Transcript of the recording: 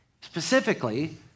specifically